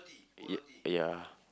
it ya